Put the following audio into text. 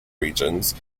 regions